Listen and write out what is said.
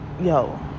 yo